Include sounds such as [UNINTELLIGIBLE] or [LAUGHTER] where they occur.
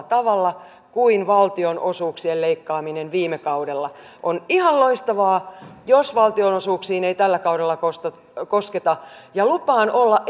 [UNINTELLIGIBLE] tavalla kuin valtionosuuksien leikkaaminen viime kaudella on ihan loistavaa jos valtionosuuksiin ei tällä kaudella kosketa kosketa ja lupaan olla [UNINTELLIGIBLE]